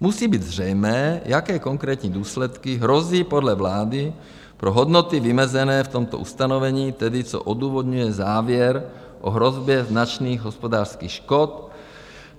Musí být zřejmé, jaké konkrétní důsledky hrozí podle vlády pro hodnoty vymezené v tomto ustanovení, tedy co odůvodňuje závěr o hrozbě značných hospodářských škod